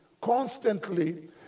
constantly